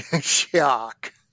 shock